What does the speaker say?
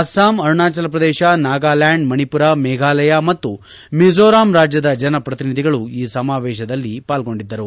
ಅಸ್ಲಾಂ ಅರುಣಾಚಲ ಪ್ರದೇಶ ನಾಗಾಲ್ಕಾಂಡ್ ಮಣಿಪುರ ಮೇಘಾಲಯ ಮತ್ತು ಮಿಜೋರಾಂ ರಾಜ್ಯದ ಜನಪ್ರತಿನಿಧಿಗಳು ಈ ಸಮಾವೇಶದಲ್ಲಿ ಪಾಲ್ಗೊಂಡಿದ್ದರು